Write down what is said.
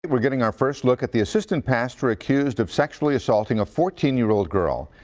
we're getting our first look at the assistant pastor accused of sexually assaulting a fourteen year old girl.